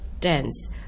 dense